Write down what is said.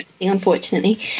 unfortunately